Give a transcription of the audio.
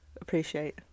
appreciate